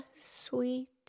sweet